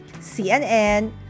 CNN